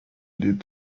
did